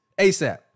ASAP